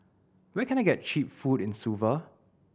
where can I get cheap food in Suva